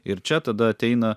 ir čia tada ateina